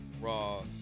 Raw